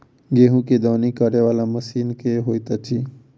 गेंहूँ केँ दौनी करै वला मशीन केँ होइत अछि?